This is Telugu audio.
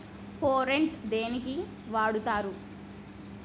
ఫోరెట్ దేనికి వాడుతరు?